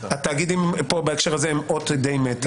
הם אות די מתה.